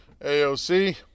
AOC